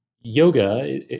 yoga